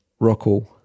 Rockall